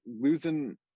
losing